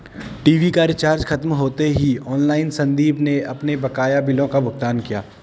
TV का recharge खत्म होते ही ऑनलाइन संदीप ने अपने बकाया बिलों का भुगतान किया